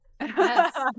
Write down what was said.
Yes